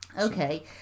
Okay